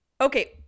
okay